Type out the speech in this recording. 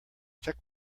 check